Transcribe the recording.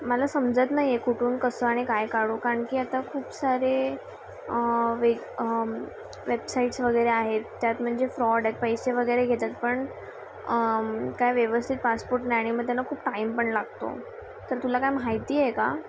मला समजत नाहीये कुठून कसं आणि काय काढू कारण की आता खूप सारे वेग वेबसाईट्स वगैरे आहेत त्यात म्हणजे फ्रॉड आहेत पैसे वगैरे घेतात पण काय व्यवस्थित पासपोर्ट नाही आणि मग त्यांना खूप टाईम पण लागतो तर तुला काय माहिती आहे का